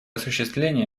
осуществление